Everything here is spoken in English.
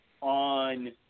on